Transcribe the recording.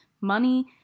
money